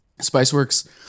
Spiceworks